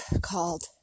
called